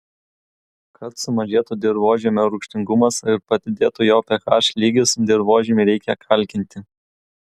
kad sumažėtų dirvožemio rūgštingumas ir padidėtų jo ph lygis dirvožemį reikia kalkinti